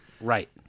Right